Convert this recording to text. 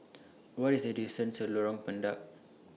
What IS The distance to Lorong Pendek